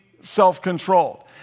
self-controlled